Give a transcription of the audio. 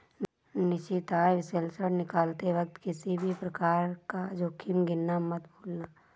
निश्चित आय विश्लेषण निकालते वक्त किसी भी प्रकार का जोखिम गिनना मत भूलना